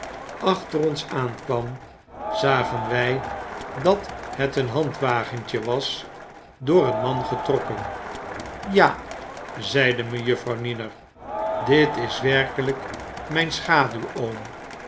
achter ons aankwam zagen wij dat het een handwagentje was door een man getrokken ja zeide mejuffrouw niner ditiswerkelijk myn schaduw